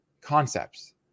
concepts